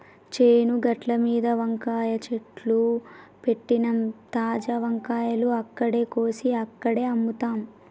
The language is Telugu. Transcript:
చేను గట్లమీద వంకాయ చెట్లు పెట్టినమ్, తాజా వంకాయలు అక్కడే కోసి అక్కడే అమ్ముతాం